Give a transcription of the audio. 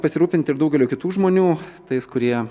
pasirūpinti ir daugelio kitų žmonių tais kurie